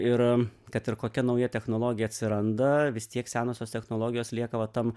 ir kad ir kokia nauja technologija atsiranda vis tiek senosios technologijos lieka va tam